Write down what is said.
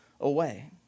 away